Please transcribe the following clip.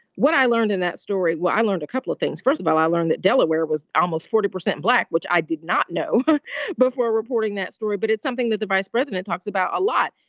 what i learned in that story. well, i learned a couple of things. first of all, i learned that delaware was almost forty percent black, which i did not know before reporting that story. but it's something that the vice president talks about a lot.